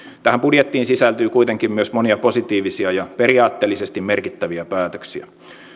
tähän budjettiin sisältyy kuitenkin myös monia positiivisia ja periaatteellisesti merkittäviä päätöksiä